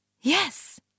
Yes